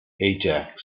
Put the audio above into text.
ajax